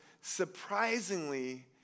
surprisingly